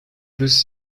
this